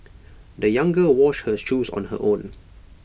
the young girl washed her shoes on her own